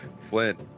Flint